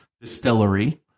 Distillery